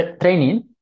training